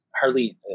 hardly